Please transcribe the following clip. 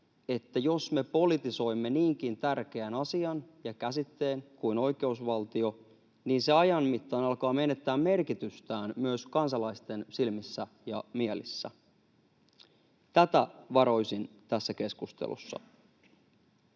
että jos me politisoimme niinkin tärkeän asian ja käsitteen kuin oikeusvaltio, niin se ajan mittaan alkaa menettää merkitystään myös kansalaisten silmissä ja mielissä. Tätä varoisin tässä keskustelussa.